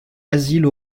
asile